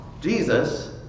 jesus